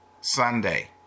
Sunday